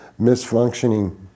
misfunctioning